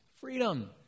freedom